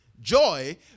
Joy